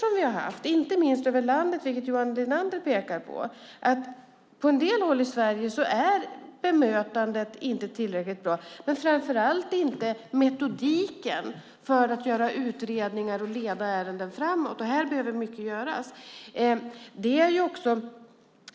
Men vi har brister ut över landet, vilket Johan Linander pekade på. På en del håll i Sverige är bemötandet inte tillräckligt bra och framför allt inte metodiken för att göra utredningar och leda ärenden framåt. Här behöver mycket göras.